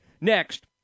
next